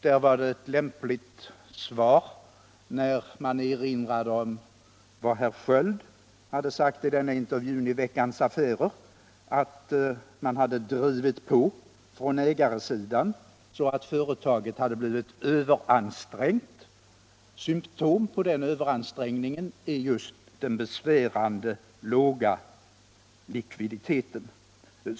Därvidlag var det ett lämpligt svar när man erinrade om vad herr Sköld hade sagt i intervjun i Veckans Affärer — att man hade drivit på från ägarsidan så att företaget hade blivit överansträngt. Symtom på den överansträngningen är just den besvärande låga soliditeten.